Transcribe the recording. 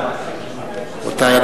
האירנים בתעלה.